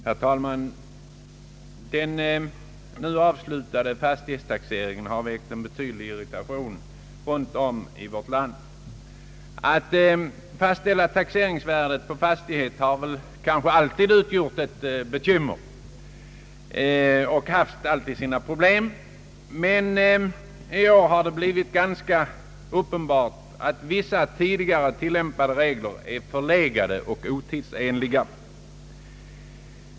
Herr talman! Den nu avslutade fastighetstaxeringen har väckt en betydlig irritation runt om i vårt land. Att fastställa taxeringsvärdena på fastigheter har kanske alltid utgjort ett bekymmer och haft sina problem. Men i år har det blivit ganska uppenbart att vissa tidigare tillämpade regler är förlegade och otidsenliga.